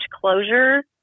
closure